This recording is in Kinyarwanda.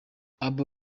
ubwo